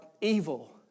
evil